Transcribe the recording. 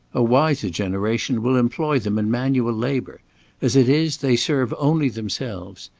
a wiser generation will employ them in manual labour as it is, they serve only themselves.